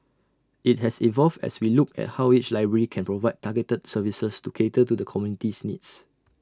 IT has evolved as we look at how each library can provide targeted services to cater to the community's needs